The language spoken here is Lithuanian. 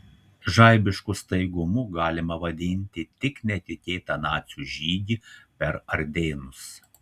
žaibišku staigumu galima vadinti tik netikėtą nacių žygį per ardėnus